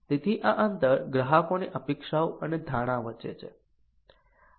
તેથી આ અંતર ગ્રાહકોની અપેક્ષાઓ અને ધારણા વચ્ચે છે